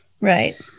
right